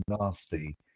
nasty